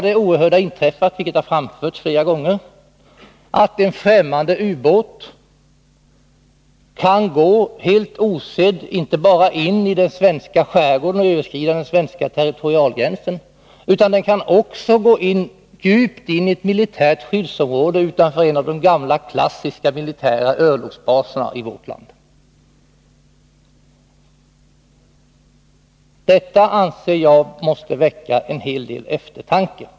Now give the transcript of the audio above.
Det oerhörda inträffade alltså, vilket har framförts flera gånger, att en främmande ubåt kunde gå helt osedd inte bara in i den svenska skärgården och överskrida den svenska territorialgränsen utan djupt in i ett militärt skyddsområde utanför en av de gamla klassiska militära örlogsbaserna i vårt land. Jag anser att detta måste väcka en hel del eftertanke.